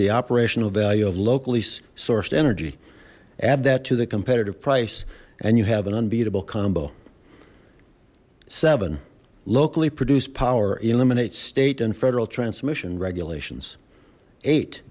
the operational value of locally sourced energy add that to the competitive price and you have an unbeatable combo seven locally produced power eliminates state and federal transmission regulations eight